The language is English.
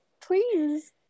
Please